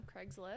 Craigslist